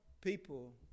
people